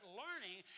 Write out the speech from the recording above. learning